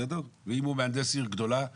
ואם הוא מהנדס עיר גדולה הוא